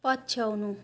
पछ्याउनु